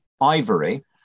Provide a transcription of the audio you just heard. ivory